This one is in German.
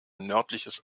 nördliches